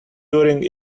during